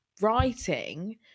writing